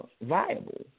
viable